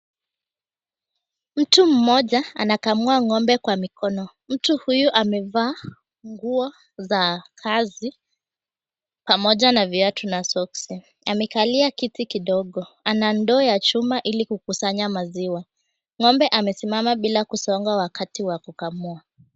Mtu mmoja anakamua ng'ombe kwa mikono. Mtu huyu amevaa nguo za kazi pamoja na viatu na soksi. Amekalia kiti kidogo, ana ndoo ya chuma ili kukusanya maziwa. Ng'ombe amesimama bila kusonga wakati wa kukamua.